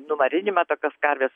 numarinimą tokios karvės